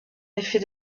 effet